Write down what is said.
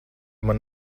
man